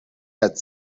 حدس